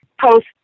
post